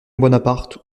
bonaparte